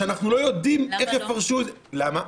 כשאנחנו לא יודעים איך יפרשו --- למה לא?